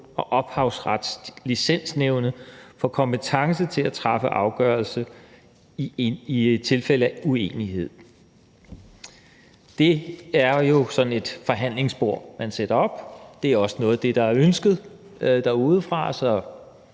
og Ophavsretslicensnævnet får kompetence til at træffe afgørelse i tilfælde af uenighed. Det er jo sådan et forhandlingsbord, man sætter op, og det er også noget af det, der er ønsket derudefra,